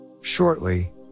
Shortly